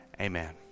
amen